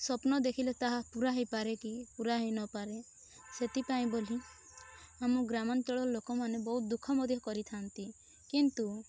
ସ୍ୱପ୍ନ ଦେଖିଲେ ତାହା ପୁରା ହେଇପାରେ କି ପୁରା ହେଇ ନପାରେ ସେଥିପାଇଁ ବୋଲି ଆମ ଗ୍ରାମାଞ୍ଚଳ ଲୋକମାନେ ବହୁତ ଦୁଃଖ ମଧ୍ୟ କରିଥାଆନ୍ତି କିନ୍ତୁ